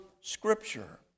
Scripture